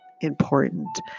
important